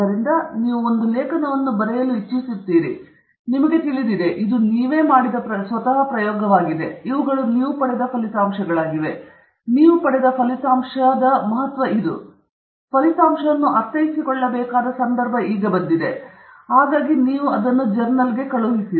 ಆದ್ದರಿಂದ ನೀವು ಒಂದು ಲೇಖನವನ್ನು ಬರೆಯುತ್ತೀರಿ ನಿಮಗೆ ತಿಳಿದಿದೆ ಇದು ನೀವು ಮಾಡಿದ ಪ್ರಯೋಗವಾಗಿದೆ ಇವುಗಳು ನೀವು ಪಡೆದ ಫಲಿತಾಂಶಗಳಾಗಿವೆ ನೀವು ಪಡೆದ ಫಲಿತಾಂಶದ ಮಹತ್ವ ಇದು ಇದು ಫಲಿತಾಂಶವನ್ನು ಅರ್ಥೈಸಿಕೊಳ್ಳಬೇಕಾದ ಸಂದರ್ಭವಾಗಿದೆ ತದನಂತರ ನೀವು ಅದನ್ನು ಜರ್ನಲ್ಗೆ ಕಳುಹಿಸಿ